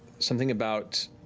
something about